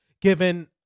given